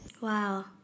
Wow